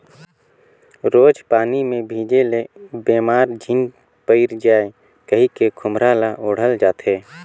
रोज पानी मे भीजे ले बेमार झिन पइर जाए कहिके खोम्हरा ल ओढ़ल जाथे